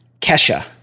Kesha